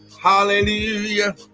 Hallelujah